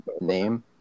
name